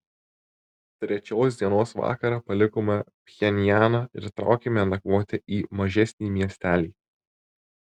trečios dienos vakarą palikome pchenjaną ir traukėme nakvoti į mažesnį miestelį